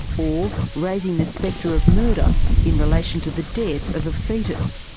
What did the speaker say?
or raising the spectre of murder in relation to the death of a foetus.